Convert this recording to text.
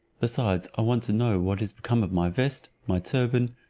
besides, i want to know what is become of my vest, my turban,